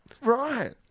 Right